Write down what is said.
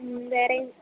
മ്മ് വേറെ